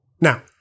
Now